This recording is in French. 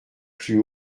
plus